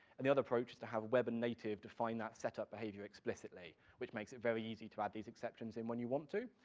and the other approach is to have web and native define that setup behavior explicitly, which makes it very easy to add these exceptions in when you want to,